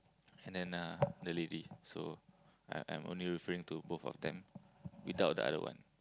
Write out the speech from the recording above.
and then uh the lady so I'm I'm only referring to both of them without the other one